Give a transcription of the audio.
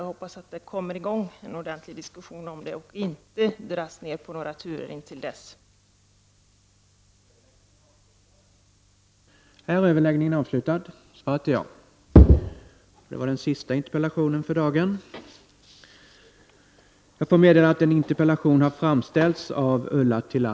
Jag hoppas att det kommer i gång en ordentlig diskussion om detta och att några turer inte dras in innan detta sker.